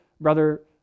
brother